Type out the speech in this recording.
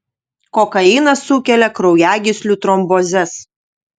kokainas sukelia kraujagyslių trombozes